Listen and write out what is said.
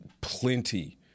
plenty